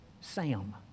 Sam